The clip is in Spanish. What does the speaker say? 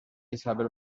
isabel